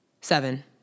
Seven